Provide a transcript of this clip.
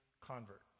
Convert